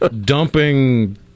dumping